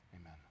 amen